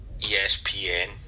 ESPN